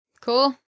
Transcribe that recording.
Cool